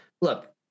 look